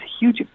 huge